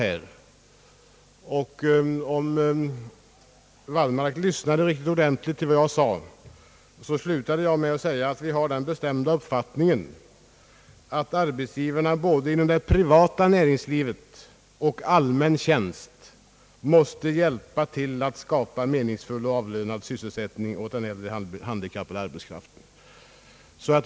Om herr Wallmark hade lyssnat ordentligt till vad jag sade, skulle han ha observerat, att jag avslutade mitt anförande med att framhålla att vi hyser den bestämda uppfattningen att arbetsgivarna både inom det privata näringslivet och i allmän tjänst måste hjälpa till att skapa en meningsfull och avlönad sysselsättning åt den äldre handikappade arbetskraften.